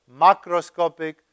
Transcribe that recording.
macroscopic